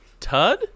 Tud